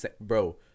Bro